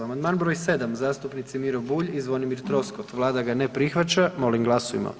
Amandman br. 7, zastupnici Miro Bulj i Zvonimir Troskot, Vlada ga ne prihvaća, molim glasujmo.